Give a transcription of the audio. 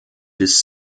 bis